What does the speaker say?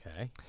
Okay